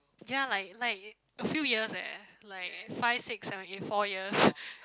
ya like like few years eh like five six seven eight four years